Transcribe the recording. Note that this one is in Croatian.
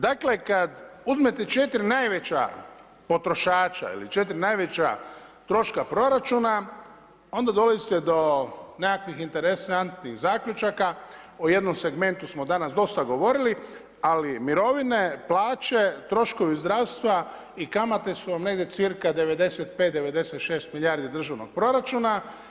Dakle, kada uzmete 4 najveća potrošača ili 4 najveća troška proračuna onda dolazite do nekakvih interesantnih zaključaka, o jednom segmentu smo danas dosta govorili, ali mirovine, plaće, troškovi zdravstva i kamate su vam negdje cca 95, 96 milijardi državnog proračuna.